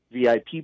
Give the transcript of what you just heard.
VIP